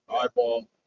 eyeball